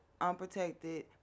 unprotected